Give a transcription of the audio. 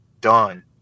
done